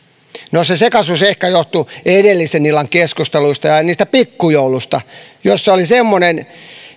no se sekaisuus ehkä johtui edellisen illan keskusteluista ja ja niistä pikkujouluista joissa oli semmoinen